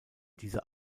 dieser